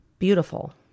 beautiful